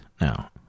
now